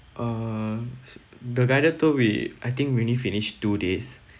uh the guided tour we I think we only finished two days